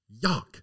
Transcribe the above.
Yuck